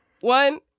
one